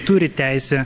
turi teisę